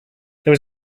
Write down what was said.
there